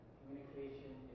communication